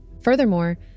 furthermore